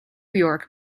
york